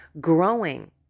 growing